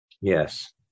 Yes